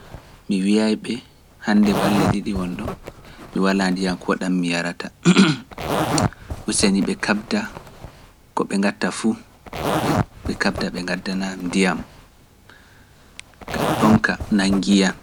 Mi wiyai be hannde balde didi wondon mi wala ko mi yarata useni be kabda be ngaddana am ndiyam gam donka nangi am.